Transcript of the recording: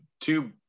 two